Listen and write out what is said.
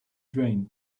drain